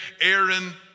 Aaron